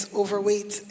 overweight